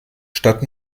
statt